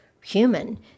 human